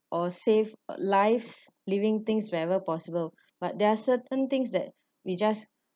or save lives living things wherever possible but there are certain things that we just